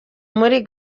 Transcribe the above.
muri